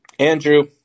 Andrew